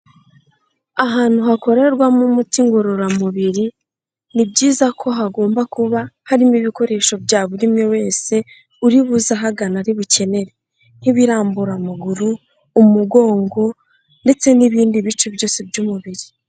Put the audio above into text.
Ahantu hakorerwamo umuti ngororamubiri ni byiza ko hagomba kuba harimo ibikoresho bya buri umwe wese uri buze ahagana ari bukenere, nk'ibirambura amaguru, umugongo ndetse n'ibindi bice byose by'umubiri.